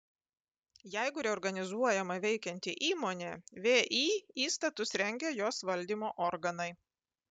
jeigu reorganizuojama veikianti įmonė vį įstatus rengia jos valdymo organai